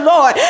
Lord